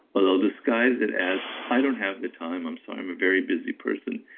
or they'll disguise it as, i don't have the time, i'm sorry, i'm a very busy person.